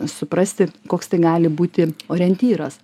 suprasti koks tai gali būti orientyras